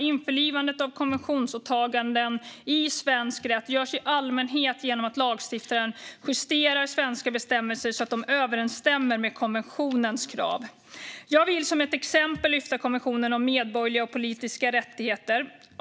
Införlivandet av konventionsåtaganden i svensk rätt görs i allmänhet genom att lagstiftaren justerar svenska bestämmelser så att de överensstämmer med konventionens krav. Jag vill som ett exempel lyfta upp konventionen om medborgerliga och politiska rättigheter.